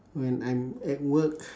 when I'm at work